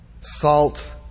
salt